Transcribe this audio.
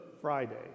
Friday